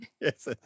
Yes